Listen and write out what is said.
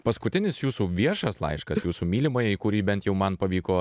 paskutinis jūsų viešas laiškas jūsų mylimajai kurį bent jau man pavyko